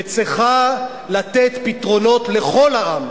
וצריכה לתת פתרונות לכל העם,